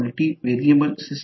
येथे हे capital i1 आहे